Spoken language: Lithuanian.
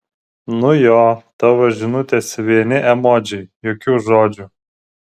nu jo tavo žinutėse vieni emodžiai jokių žodžių